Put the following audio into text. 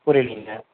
புரியலைங்க